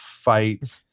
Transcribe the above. Fight